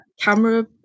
camera